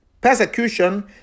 persecution